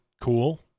cool